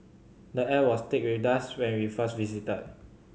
the air was thick with dust when we first visited